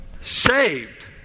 saved